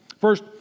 First